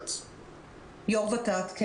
זילברשץ יו"ר ות"ת, בבקשה.